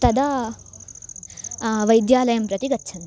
तदा वैद्यालयं प्रति गच्छन्ति